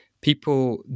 People